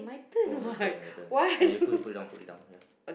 oh your turn my turn oh you put you put it down put it down ya